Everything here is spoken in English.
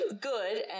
good